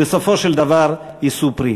בסופו של דבר יישאו פרי.